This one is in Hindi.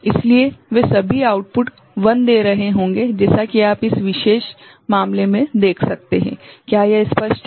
इसलिए वे सभी आउटपुट 1 दे रहे होंगे जैसा कि आप इस विशेष मामले में देख सकते हैं क्या यह स्पष्ट है सही है